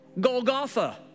Golgotha